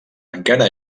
encara